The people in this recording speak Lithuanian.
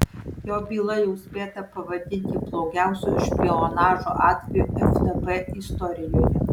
jo byla jau spėta pavadinti blogiausiu špionažo atveju ftb istorijoje